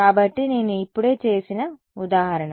కాబట్టి నేను ఇప్పుడే చేసిన ఉదాహరణ